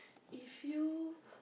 if you